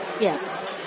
yes